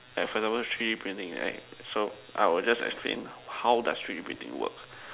at for example three printing right so I will explain how three printing works